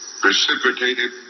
precipitated